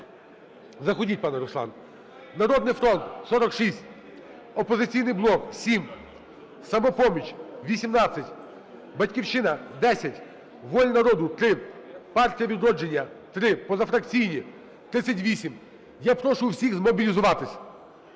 Заходіть, пане Руслан. "Народний фронт" – 46, "Опозиційний блок" – 7, "Самопоміч" – 18, "Батьківщина" – 10, "Воля народу" – 3, "Партія "Відродження" – 3, позафракційні – 38. Я прошу всіх змобілізуватись.